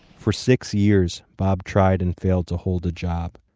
for six years bob tried and failed to hold a job.